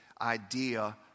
idea